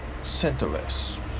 centerless